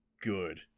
good